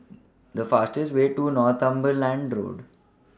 The fastest Way to Northumberland Road